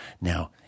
Now